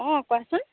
অঁ কোৱাচোন